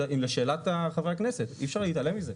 לשאלת חברי הכנסת, אי אפשר להתעלם מזה.